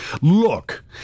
look